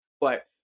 but-